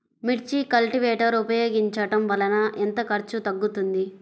మిర్చి కల్టీవేటర్ ఉపయోగించటం వలన ఎంత ఖర్చు తగ్గుతుంది?